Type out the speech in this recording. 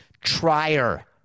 trier